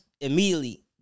immediately